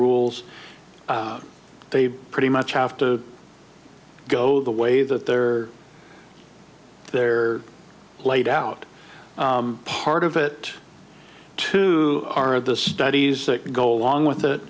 rules they pretty much have to go the way that they're they're laid out part of it too are the studies that go along with